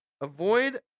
avoid